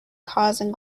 causing